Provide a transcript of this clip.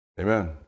Amen